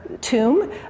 tomb